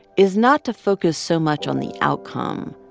is not to focus so much on the outcome,